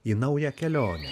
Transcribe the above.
į naują kelionę